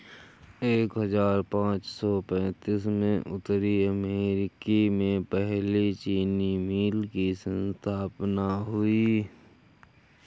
एक हजार पाँच सौ पैतीस में उत्तरी अमेरिकी में पहली चीनी मिल की स्थापना हुई